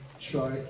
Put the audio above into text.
try